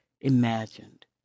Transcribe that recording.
imagined